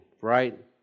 right